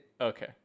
Okay